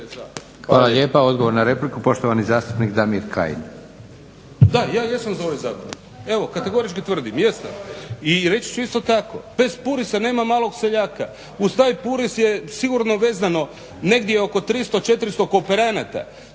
Hvala lijepa. Odgovor na repliku poštovani zastupnik Damir Kajin.